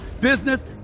business